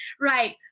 Right